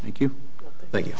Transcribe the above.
you thank you